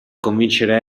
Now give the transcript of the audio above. convincere